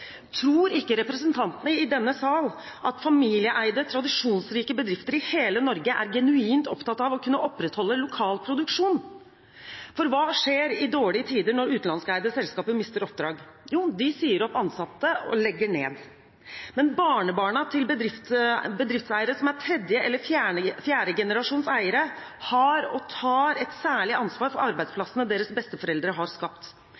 Tror ikke representantene i denne sal at familieeide, tradisjonsrike bedrifter i hele Norge er genuint opptatt av å kunne opprettholde lokal produksjon? Hva skjer i dårlige tider når utenlandskeide selskaper mister oppdrag? Jo, de sier opp ansatte og legger ned. Men barnebarna til bedriftseiere som er tredje eller fjerde generasjons eiere, har og tar et særlig ansvar for arbeidsplassene deres besteforeldre har skapt.